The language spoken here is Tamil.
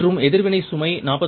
மற்றும் எதிர்வினை சுமை 45